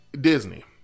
Disney